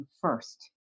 first